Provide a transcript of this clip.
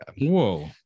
whoa